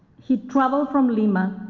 he traveled from lima,